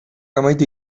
amaitu